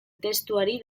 testuari